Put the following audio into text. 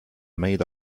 made